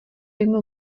jim